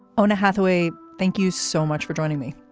owna hathaway, thank you so much for joining me.